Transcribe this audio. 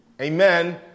amen